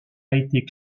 été